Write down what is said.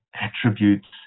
attributes